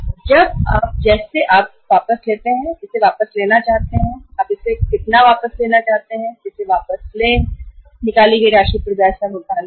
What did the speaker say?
जब जैसे और जितनी राशि आप निकालना चाहे निकाल सकते हैं और निकाली हुई राशि पर ब्याज उठा सकते हैं